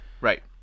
Right